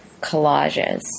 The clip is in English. collages